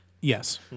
Yes